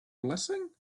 blessing